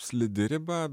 slidi riba